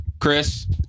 Chris